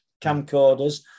camcorders